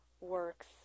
works